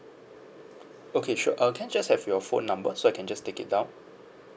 okay sure uh can I just have your phone number so I can just take it down